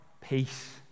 peace